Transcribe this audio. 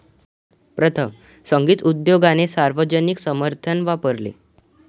प्रथम, संगीत उद्योगाने सार्वजनिक समर्थन वापरले